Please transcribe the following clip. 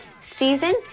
season